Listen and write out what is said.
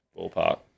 ballpark